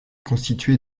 constituée